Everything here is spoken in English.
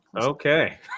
Okay